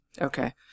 Okay